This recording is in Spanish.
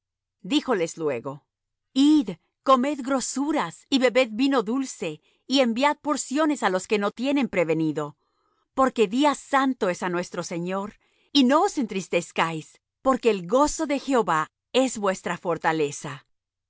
díjoles luego id comed grosuras y bebed vino dulce y enviad porciones á los que no tienen prevenido porque día santo es á nuestro señor y no os entristezcáis porque el gozo de jehová es vuestra fortaleza